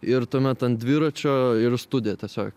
ir tuomet ant dviračio ir į studiją tiesiog